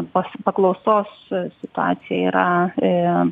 pas paklausos situacija yra ė